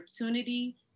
opportunity